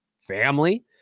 family